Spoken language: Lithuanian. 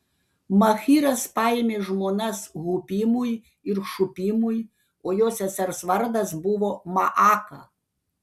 machyras paėmė žmonas hupimui ir šupimui o jo sesers vardas buvo maaka